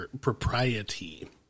propriety